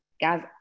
Guys